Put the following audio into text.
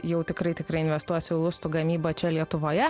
jau tikrai tikrai investuos jau į lustų gamybą čia lietuvoje